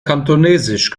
kantonesisch